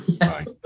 Right